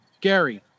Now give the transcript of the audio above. Gary